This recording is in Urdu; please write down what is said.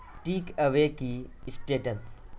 ٹیک اوے کی اسٹیٹس